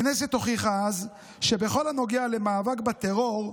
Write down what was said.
הכנסת הוכיחה אז שבכל הנוגע למאבק בטרור,